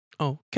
Okay